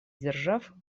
держав